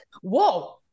whoa